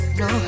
no